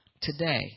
today